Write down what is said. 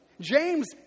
James